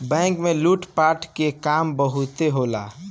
bank में लूट पाट के काम बहुते होला